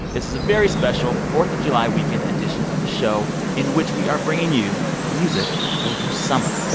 this is a very special fourth of july weekend edition of the show in which we are bringing you music for your summer.